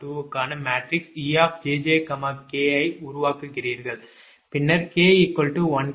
க்கான மேட்ரிக்ஸ் 𝑒 𝑗𝑗 𝑘 ஐ உருவாக்குகிறீர்கள் பின்னர் 𝑘 12